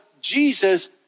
Jesus